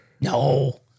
No